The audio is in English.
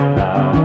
now